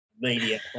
media